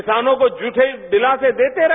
किसानों को झूठे दिलासे देते रहे